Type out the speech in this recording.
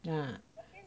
yeah